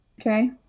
okay